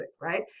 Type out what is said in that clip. right